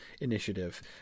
initiative